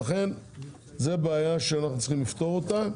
ולכן זו בעיה שאנחנו צריכים לפתור אותה.